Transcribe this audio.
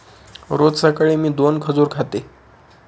रोज सकाळी मी दोन खजूर खाते